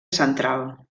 central